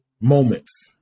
moments